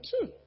two